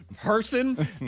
person